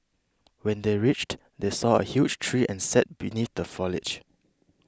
when they reached they saw a huge tree and sat beneath the foliage